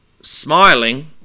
smiling